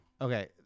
Okay